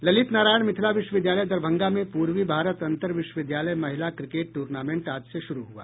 ललित नारायण मिथिला विश्वविद्यालय दरभंगा में पूर्वी भारत अंतर विश्वविद्यालय महिला क्रिकेट टूर्नामेंट आज से शुरू हुआ